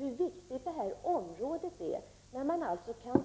Hur viktigt bedöms detta område vara när man kan